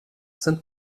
sind